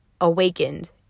awakened